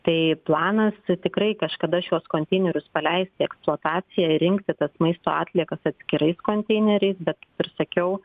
tai planas tikrai kažkada šiuos konteinerius paleist į eksploataciją ir rinkti tas maisto atliekas atskirais konteineriais bet kaip ir sakiau